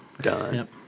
done